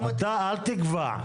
אתה אל תקבע.